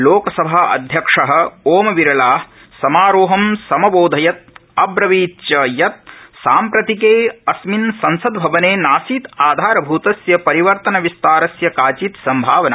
लोकसभा अध्यक्ष ओम बिरला समारोहं समबोधयत् अब्रवीत् यत् साम्प्रतिके अस्मिन् संसदभवने नासीत् आधारभूतस्य परिवर्तनविस्तारस्य काचित् सम्भावना